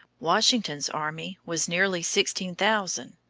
washington's army was nearly sixteen thousand,